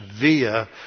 via